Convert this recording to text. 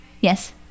Yes